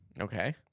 Okay